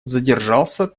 задержался